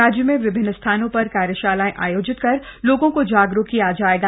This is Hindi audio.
राज्य में विभिन्न स्थानों पर कार्यशालाएं आयोजित कर लोगों को जागरूक किया जाएगा